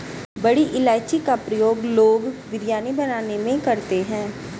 बड़ी इलायची का प्रयोग लोग बिरयानी बनाने में करते हैं